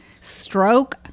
stroke